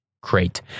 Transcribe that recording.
great